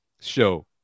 show